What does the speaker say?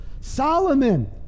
Solomon